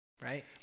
right